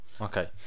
okay